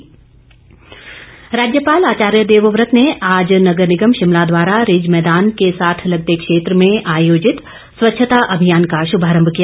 राज्यपाल राज्यपाल आचार्य देवव्रत ने आज नगर निगम शिमला द्वारा रिज मैदान के साथ लगते क्षेत्र में आयोजित स्वच्छता अभियान का शुभारंभ किया